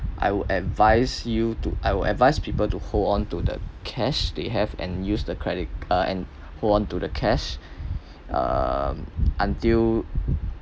I would advise you to I will advise people to hold on to the cash they have and use the credit uh and hold on to the cash um until